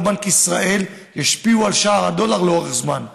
בנק ישראל ישפיעו על שער הדולר לאורך זמן.